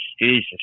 Jesus